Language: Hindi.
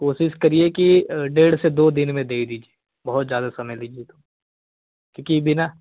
कोशिश करिए कि डेढ़ से दो दिन में दे दीजिए बहुत ज़्यादा समय लीजिए तो क्योंकि बिना